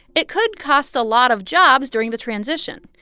it could cost a lot of jobs during the transition.